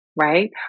Right